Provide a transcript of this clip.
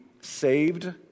saved